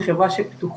זו הזרוע הראשונה.